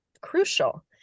crucial